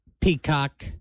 peacock